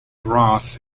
roth